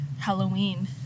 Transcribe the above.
Halloween